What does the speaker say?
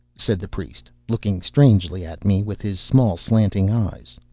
said the priest, looking strangely at me with his small slanting eyes.